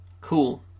Cool